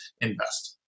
invest